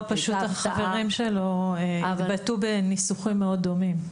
החברים שלו לכיתה התבטאו בניסוחים מאוד דומים.